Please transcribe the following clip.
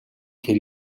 тэр